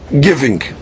giving